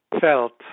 felt